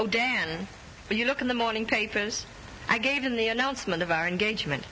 oh dan but you look in the morning papers i gave in the announcement of our engagement